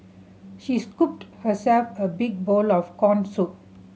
she scooped herself a big bowl of corn soup